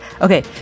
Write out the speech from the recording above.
Okay